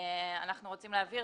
אנחנו רוצים להבהיר